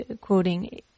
quoting